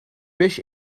beş